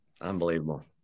Unbelievable